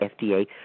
FDA